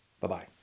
Bye-bye